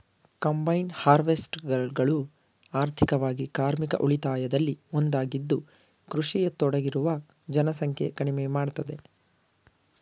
combine ಹಾರ್ವೆಸ್ಟರ್ಗಳು ಆರ್ಥಿಕವಾಗಿ ಕಾರ್ಮಿಕ ಉಳಿತಾಯದಲ್ಲಿ ಒಂದಾಗಿದ್ದು ಕೃಷಿಯಲ್ಲಿ ತೊಡಗಿರುವ ಜನಸಂಖ್ಯೆ ಕಡಿಮೆ ಮಾಡ್ತದೆ